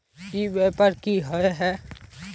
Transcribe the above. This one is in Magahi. ई व्यापार की होय है?